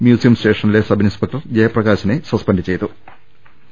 museum സ്റ്റേഷനിലെ sub inspector ജയപ്രകാശിനെ suspend ചെയ്തിട്ടുണ്ട്